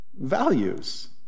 values